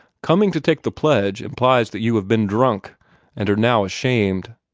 coming to take the pledge implies that you have been drunk and are now ashamed.